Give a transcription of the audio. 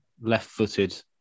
left-footed